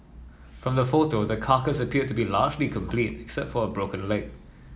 from the photo the carcass appeared to be largely complete except for a broken leg